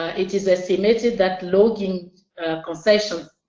ah it is estimated that logging sessions,